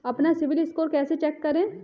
अपना सिबिल स्कोर कैसे चेक करें?